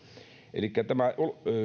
elikkä tämä